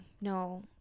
no